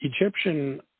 Egyptian